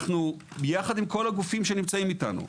אנחנו ביחד עם כל הגופים שנמצאים איתנו,